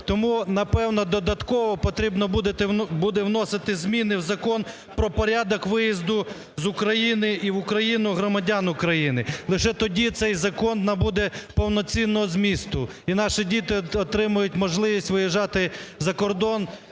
Тому, напевно, додатково потрібно буде вносити зміни в Закон про порядок виїзду з України і в Україну громадян України, лише тоді цей закон набуде повноцінного змісту і наші діти отримають можливість виїжджати за кордон,